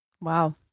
Wow